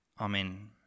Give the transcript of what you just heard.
Amen